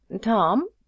Tom